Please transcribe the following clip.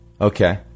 Okay